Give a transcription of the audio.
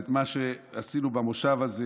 את מה שעשינו במושב הזה